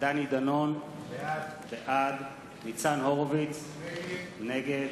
דני דנון, בעד ניצן הורוביץ, נגד